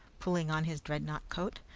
pulling on his dreadnought coat.